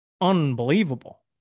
unbelievable